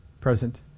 present